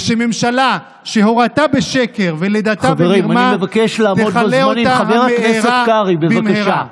ושממשלה שהורתה בשקר ולידתה במרמה תכלה אותה המארה במהרה.